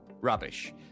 rubbish